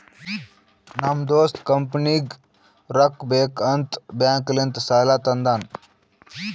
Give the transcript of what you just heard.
ನಮ್ ದೋಸ್ತ ಕಂಪನಿಗ್ ರೊಕ್ಕಾ ಬೇಕ್ ಅಂತ್ ಬ್ಯಾಂಕ್ ಲಿಂತ ಸಾಲಾ ತಂದಾನ್